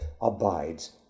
abides